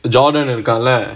இருக்கான்ல:irukkaanla